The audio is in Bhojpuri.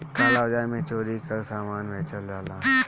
काला बाजार में चोरी कअ सामान बेचल जाला